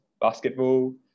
basketball